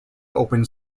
open